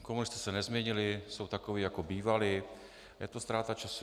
Komunisté se nezměnili, jsou takoví, jako bývali, je to ztráta času.